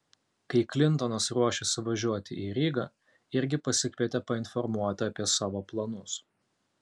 kai klintonas ruošėsi važiuoti į rygą irgi pasikvietė painformuoti apie savo planus